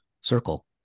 circle